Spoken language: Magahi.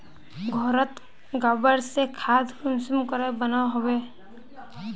घोरोत गबर से खाद कुंसम के बनो होबे?